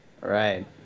right